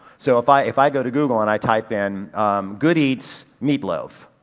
so if i, if i go to google and i type in good eats meatloaf,